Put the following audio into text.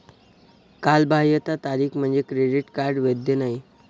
कालबाह्यता तारीख म्हणजे क्रेडिट कार्ड वैध नाही